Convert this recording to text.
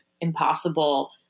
impossible